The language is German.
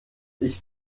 ich